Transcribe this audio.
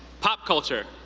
pop culture,